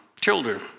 children